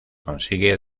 consigue